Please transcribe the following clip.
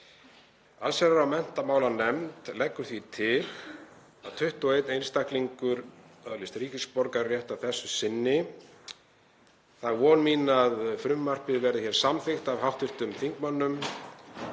Allsherjar- og menntamálanefnd leggur því til að 21 einstaklingur öðlist ríkisborgararétt að þessu sinni. Það er von mín að frumvarpið verði hér samþykkt af hv. þingmönnum